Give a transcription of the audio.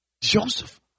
Joseph